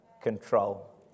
control